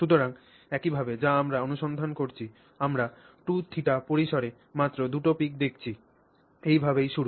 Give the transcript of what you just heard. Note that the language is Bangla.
সুতরাং এইভাবে যা আমরা অনুসন্ধান করছি আমরা 2θ পরিসরে মাত্র 2 টি peak দেখছি এইভাবেই শুরু